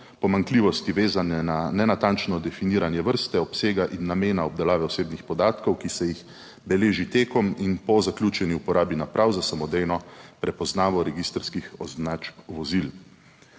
pomanjkljivosti vezane na nenatančno definiranje vrste, obsega in namena obdelave osebnih podatkov, ki se jih beleži tekom in po zaključeni uporabi naprav. za samodejno prepoznavo registrskih označb vozil.